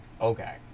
okay